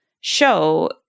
show